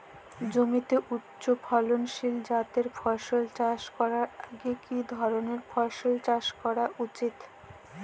জমিতে উচ্চফলনশীল জাতের ফসল চাষ করার আগে কি ধরণের ফসল চাষ করা উচিৎ?